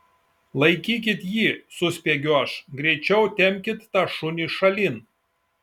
laikykit jį suspiegiu aš greičiau tempkit tą šunį šalin